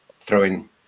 throwing